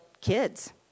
kids